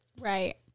Right